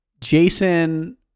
Jason